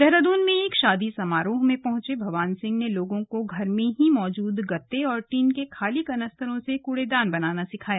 देहरादून में एक शादी समारोह में पहुंचे भवान सिंह ने लोगों को घर में ही मौजूद गत्ते और टीन के खाली कनस्तरों से कूड़ादान बनाना सिखाया